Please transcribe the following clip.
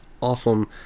awesome